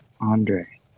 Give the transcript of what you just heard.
Andre